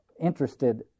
interested